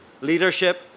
leadership